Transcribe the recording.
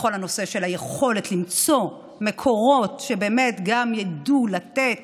בכל הנושא של היכולת למצוא מקורות שבאמת ידעו גם לתת